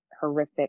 horrific